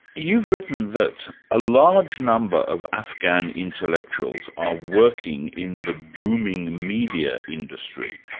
you've written that a large number of afghan intellectuals are working in the booming media industry.